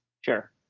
Sure